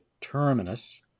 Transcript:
terminus